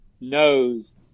knows